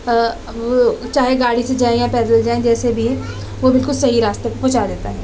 چاہے گاڑی سے جائیں یا پیدل جائیں جیسے بھی وہ بالکل صحیح راستے پہ پہنچا دیتا ہے